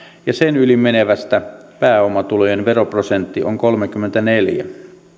ja sen yli menevästä pääomatulojen veroprosentti on kolmekymmentäneljä